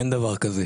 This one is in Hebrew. אין דבר כזה,